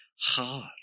hard